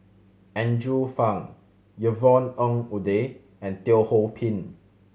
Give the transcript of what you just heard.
Andrew Phang Yvonne Ng Uhde and Teo Ho Pin